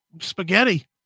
Spaghetti